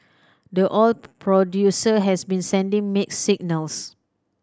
the oil producer has been sending mixed signals